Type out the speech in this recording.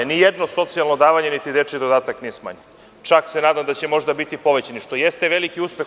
Ni jedno socijalno davanje, niti dečiji dodatak nije smanjen, čak se nadam da će možda biti povećani, što možda jeste veliki uspeh.